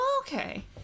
Okay